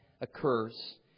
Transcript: occurs